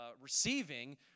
receiving